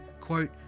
quote